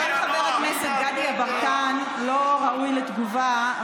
אומנם חבר הכנסת גדי יברקן לא ראוי לתגובה,